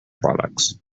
products